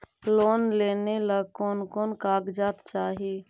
Loan लेने ला कोन कोन कागजात चाही?